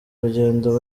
urugendo